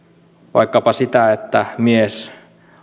vaikkapa sitä että mies